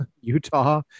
Utah